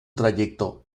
trayecto